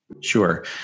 Sure